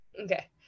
Okay